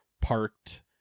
parked